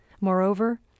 Moreover